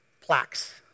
plaques